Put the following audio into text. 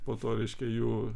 po to reiškia jų